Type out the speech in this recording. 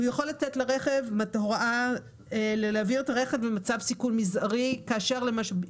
הוא יכול לתת לרכב הוראה להביא את הרכב למצב סיכון מזערי ביוזמתו,